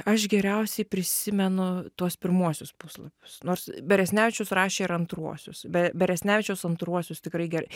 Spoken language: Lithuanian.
aš geriausiai prisimenu tuos pirmuosius puslapius nors beresnevičius rašė ir antruosius be beresnevičiaus antruosius tikrai gerai